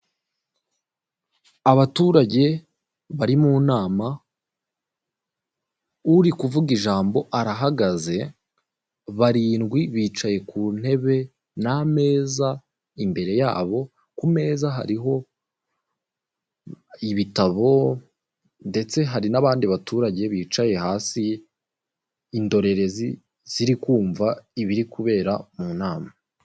Abaturage bari mu nama uri kuvuga ijambo arahagaze barindwi bicaye ku ntebe n'ameza imbere yabo, ku meza hariho ibitabo ndetse hari n'abandi baturage bicaye hasi, indorerezi ziri kumva ibiri kubera mu nama.